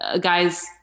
guys